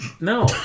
No